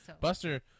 Buster